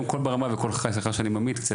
קול ברמה וקול חי, סליחה שאני ממעיט,